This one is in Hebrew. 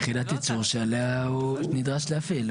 יחידת הייצור שהוא נדרש להפעיל.